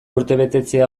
urtebetetzea